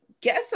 guess